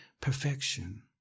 perfection